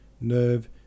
nerve